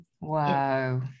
wow